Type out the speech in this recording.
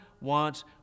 wants